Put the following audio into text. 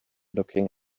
looking